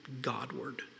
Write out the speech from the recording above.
Godward